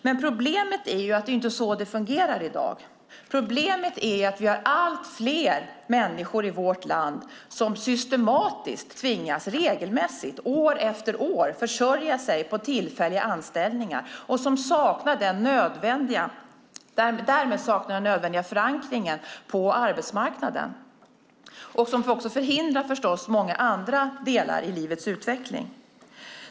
Men problemet är att det inte är så det fungerar i dag. Problemet är att det finns allt fler människor i vårt land som systematiskt och regelmässigt år efter år tvingas försörja sig på tillfälliga anställningar och som därmed saknar den nödvändiga förankringen på arbetsmarknaden, vilket förstås också hindrar många andra delar av livets utveckling.